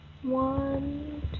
One